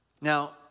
Now